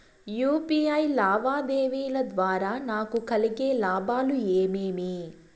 UPI లావాదేవీల ద్వారా నాకు కలిగే లాభాలు ఏమేమీ?